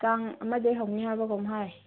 ꯇꯥꯡ ꯑꯃꯗꯩ ꯍꯧꯅꯤ ꯍꯥꯏꯕ꯭ꯔꯥ ꯀꯩꯅꯣꯝ ꯍꯥꯏ